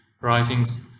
writings